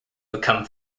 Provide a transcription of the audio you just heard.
become